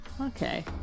Okay